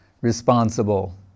responsible